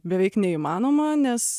beveik neįmanoma nes